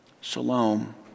Shalom